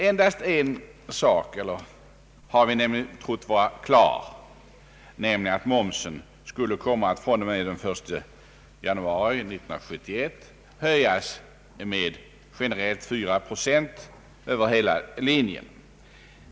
Endast en sak har vi trott vara klar, nämligen att momsen skulle komma att fr.o.m. den 1 januari 1971 höjas med generellt 4 procent över hela linjen.